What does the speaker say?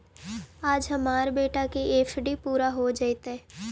आज हमार बेटा के एफ.डी पूरा हो जयतई